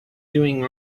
doing